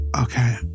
okay